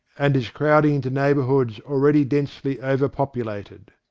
and is crowding into neighbourhoods already densely over-popu lated.